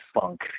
funk